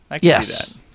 yes